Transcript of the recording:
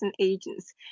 agents